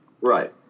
Right